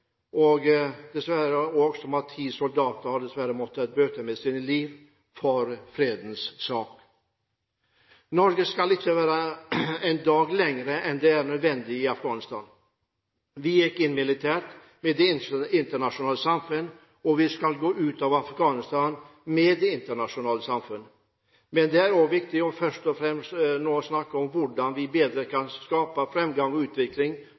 Dessverre har ti soldater måttet bøte med sine liv for fredens sak. Norge skal ikke være en dag lenger enn nødvendig i Afghanistan. Vi gikk inn militært med det internasjonale samfunn, og vi skal gå ut av Afghanistan med det internasjonale samfunn. Men det er viktig først og fremst å snakke om hvordan vi bedre kan skape framgang og utvikling